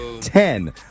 ten